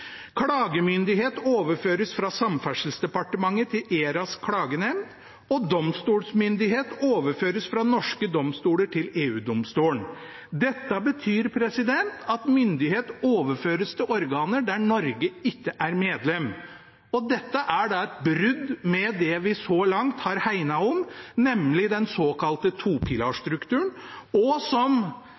klagemyndighet overføres fra Samferdselsdepartementet til ERAs klagenemnd, og domstolsmyndighet overføres fra norske domstoler til EU-domstolen. Dette betyr at myndighet overføres til organer der Norge ikke er medlem. Dette er et brudd med det vi så langt har hegnet om, nemlig den såkalte topilarstrukturen, som